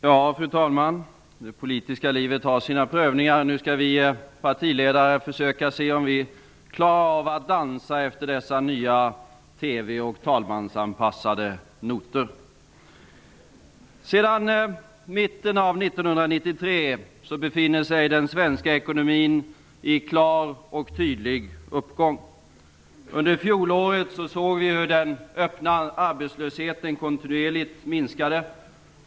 Fru talman! Det politiska livet har sina prövningar. Nu skall vi partiledare försöka se om vi klarar av att dansa efter dessa nya TV-och talmansanpassade noter. Sedan mitten av 1993 befinner sig den svenska ekonomin i klar och tydlig uppgång. Under fjolåret såg vi hur den öppna arbetslösheten kontinuerligt minskade.